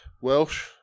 Welsh